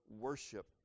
worship